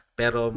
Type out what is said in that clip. pero